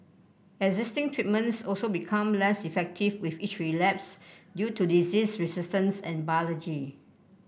existing treatments also become less effective with each relapse due to disease resistance and biology